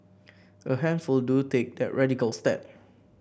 a handful do take that radical step